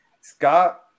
Scott